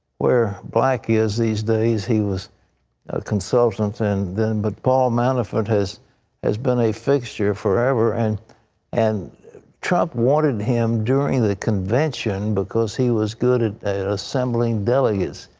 where black is these days. he was a consultant and then. but paul manafort has has been a fixture forever. and and trump wanted him during the convention because he was good at assembling delegates.